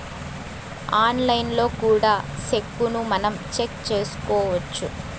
ఆన్లైన్లో కూడా సెక్కును మనం చెక్ చేసుకోవచ్చు